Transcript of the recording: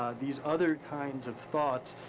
these other kinds of thoughts